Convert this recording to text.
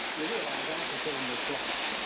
you realize ah half the film was blank.